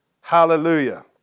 Hallelujah